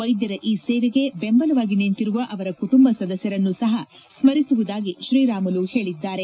ವೈದ್ಯರ ಈ ಸೇವೆಗೆ ಬೆಂಬಲವಾಗಿ ನಿಂತಿರುವ ಅವರ ಕುಟುಂಬ ಸದಸ್ಟರನ್ನೂ ಸಹ ಸ್ತರಿಸುವುದಾಗಿ ಶ್ರೀರಾಮುಲು ಹೇಳಿದ್ದಾರೆ